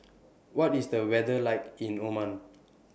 What IS The weather like in Oman